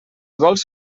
vols